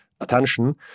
attention